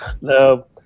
no